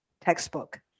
textbook